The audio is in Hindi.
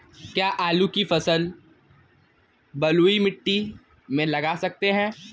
क्या आलू की फसल बलुई मिट्टी में लगा सकते हैं?